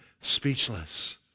speechless